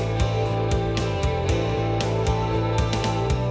or